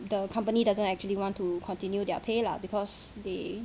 the company doesn't actually want to continue their pay lah because they